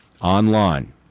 online